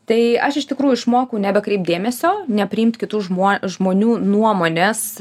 tai aš iš tikrųjų išmokau nebekreipt dėmesio nepriimti kitų žmuo žmonių nuomonės